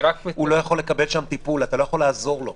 הוא לא יכול לקבל שם טיפול, אתה לא יכול לעזור לו.